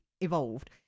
evolved